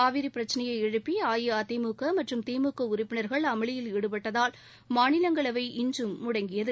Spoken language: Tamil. காவிரி பிரச்சினையை எழுப்பி அஇஅதிமுக மற்றும் திமுக உறுப்பினர்கள் அமளியில் ஈடுபட்டதால் மாநிலங்ளவை இன்றும் முடங்கியது